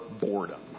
boredom